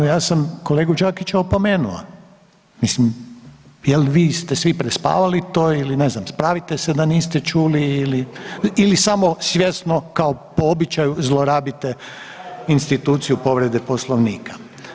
Ja sam kolegu Đakića opomenuo, mislim jel vi ste svi prespavali to ili ne znam pravite se da niste čuli ili, ili samo svjesno kao po običaju zlorabite instituciju povrede Poslovnika.